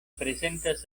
prezentas